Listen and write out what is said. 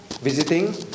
visiting